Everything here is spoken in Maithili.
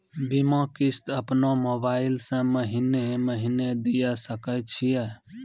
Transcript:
बीमा किस्त अपनो मोबाइल से महीने महीने दिए सकय छियै?